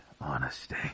honesty